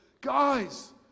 guys